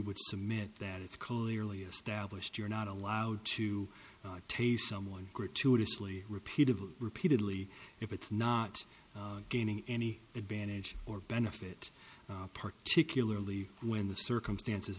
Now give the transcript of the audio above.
would submit that it's clearly established you're not allowed to taste someone gratuitously repeatedly repeatedly if it's not gaining any advantage or benefit particularly when the circumstances